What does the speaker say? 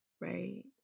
right